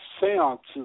seances